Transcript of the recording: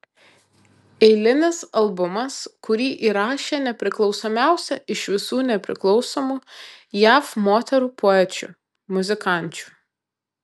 eilinis albumas kurį įrašė nepriklausomiausia iš visų nepriklausomų jav moterų poečių muzikančių